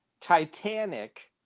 Titanic